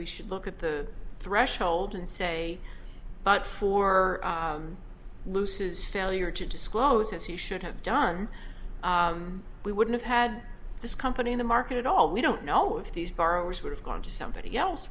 we should look at the threshold and say but for luce's failure to disclose as he should have done we wouldn't have had this company in the market at all we don't know if these borrowers would have gone to somebody else